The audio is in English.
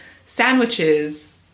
sandwiches